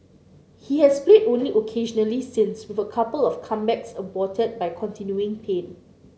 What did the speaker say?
he has played only occasionally since with a couple of comebacks aborted by continuing pain